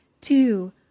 two